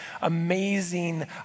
amazing